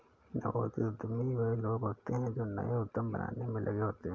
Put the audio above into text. नवोदित उद्यमी वे लोग होते हैं जो नए उद्यम बनाने में लगे होते हैं